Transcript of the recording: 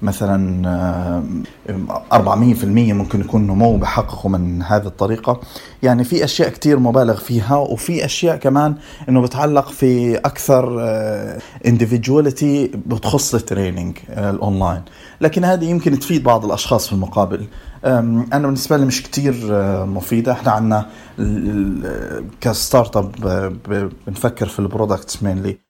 مثلاً، آم، 400% ممكن يكون نمو بحققه من هذه الطريقة. يعني في أشياء كتير مبالغ فيها، وفي أشياء كمان إنه بتعلق في أكثر، آه، individuality بتخص الـtraining، آه، الـonline. لكن هذه يمكن تفيد بعض الأشخاص في المقابل. آم، أنا بالنسبة لي مش كتير، آه، مفيدة. إحنا عنا ال- ال- آه، كـstartup، آه، ب- بنفكر في الـproducts mainly.